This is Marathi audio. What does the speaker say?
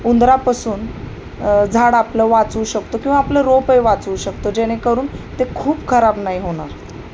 उंदरापासून झाड आपलं वाचवू शकतो किंवा आपलं रोप वाचवू शकतो जेणेकरून ते खूप खराब नाही होणार